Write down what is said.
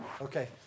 Okay